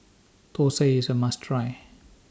Thosai IS A must Try